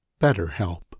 BetterHelp